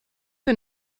wir